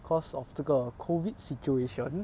because of 这个 COVID situation